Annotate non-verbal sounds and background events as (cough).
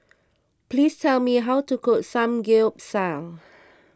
please tell me how to cook Samgeyopsal (noise)